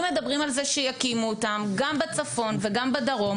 מדברים על זה שיקימו אותם בצפון ובדרום.